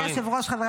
אני מזמין את השרה